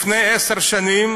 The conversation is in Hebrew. לפני עשר שנים